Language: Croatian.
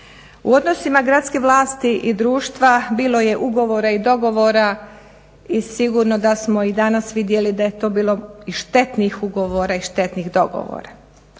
U odnosima gradske vlasti i društva bilo je ugovora i dogovora i sigurno da smo i danas vidjeli da je to bilo i štetnih ugovora i štetnih dogovora.